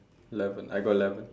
eleven I got eleven